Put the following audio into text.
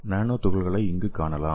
நானோ துகளை இங்கே காணலாம்